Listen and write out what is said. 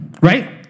right